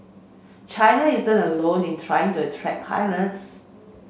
China isn't alone in trying to attract pilots